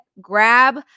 grab